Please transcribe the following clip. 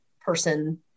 person